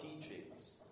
teachings